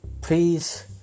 please